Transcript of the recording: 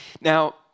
Now